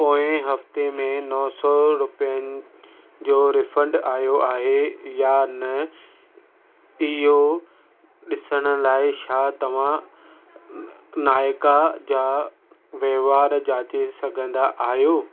पोइ हफ़्ते में नो सौ रुपियनि जो रीफंड आयो आहे या न इहो ॾिसण लाइ छा तव्हां नाइका जा वहिंवार जाचे सघंदा आहियो